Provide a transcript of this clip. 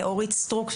אורית סטרוק,